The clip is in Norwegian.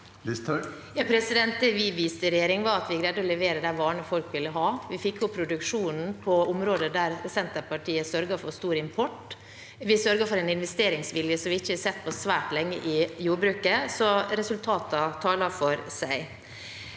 vi viste i regjer- ing, var at vi greide å levere de varene folk ville ha. Vi fikk opp produksjonen på områder der Senterpartiet sørger for stor import. Vi sørget for en investeringsvilje som vi ikke har sett på svært lang tid i jordbruket. Så resultatene taler for seg.